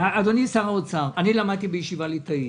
אדוני שר האוצר, אני למדתי בישיבה ליטאית.